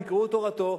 אם תקראו את תורתו,